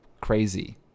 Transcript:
Crazy